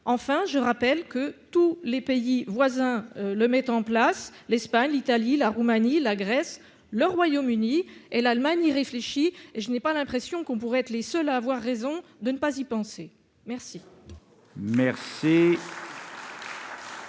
enfin, je rappelle que tous les pays voisins, le mettre en place l'Espagne, l'Italie, la Roumanie, la Grèce, le Royaume-Uni et l'Allemagne y réfléchit et je n'ai pas l'impression qu'on pourrait être les seuls à avoir raison de ne pas y penser, merci.